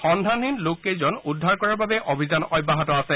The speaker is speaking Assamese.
সন্ধানহীন লোককেইজন উদ্ধাৰ কৰাৰ বাবে অভিযান অব্যাহত আছে